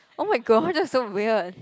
oh-my-god that's so weird